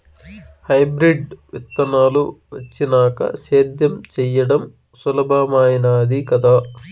hybrid విత్తనాలు వచ్చినాక సేద్యం చెయ్యడం సులభామైనాది కదా